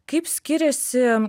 kaip skiriasi